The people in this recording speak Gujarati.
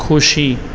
ખુશી